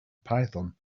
python